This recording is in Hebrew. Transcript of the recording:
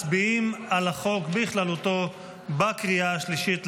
מצביעים על החוק בכללותו בקריאה השלישית,